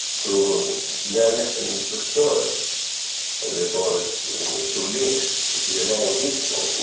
to learn it and restore it and before it was too late. you see, the language is spoken